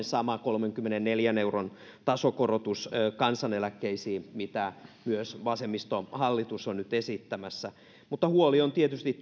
sama kolmenkymmenenneljän euron tasokorotus kansaneläkkeisiin mitä myös vasemmistohallitus on nyt esittämässä mutta huoli on tietysti